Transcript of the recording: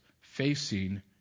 facing